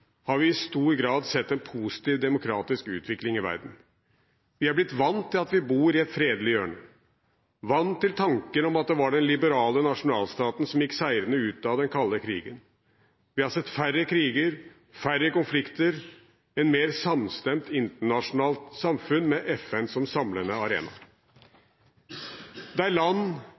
har vi i stor grad sett en positiv demokratisk utvikling i verden. Vi er blitt vant til at vi bor i et fredelig hjørne, vant til tanken om at det var den liberale nasjonalstaten som gikk seirende ut av den kalde krigen. Vi har sett færre kriger, færre konflikter og et mer samstemt internasjonalt samfunn med FN som samlende arena. Der land